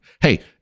Hey